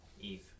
Eve